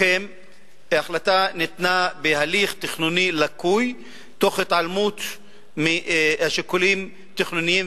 החלטה למקם ניתנה בהליך תכנוני לקוי תוך התעלמות משיקולים תכנוניים,